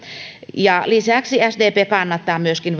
ja lisäksi sdp kannattaa myöskin